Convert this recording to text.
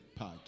podcast